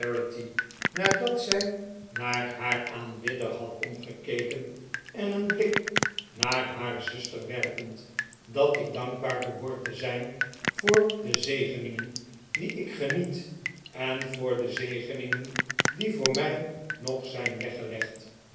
nadat zij naar haaj aanbidder had omgekeken en een blik naar haar zuster werpend dat ik dankbaar behoor te zijn voor de zegeningen die ik geniet en voor de zegeningen die voor mij nog zijn weggelegd